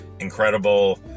incredible